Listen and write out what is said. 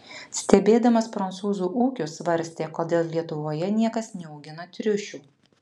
stebėdamas prancūzų ūkius svarstė kodėl lietuvoje niekas neaugina triušių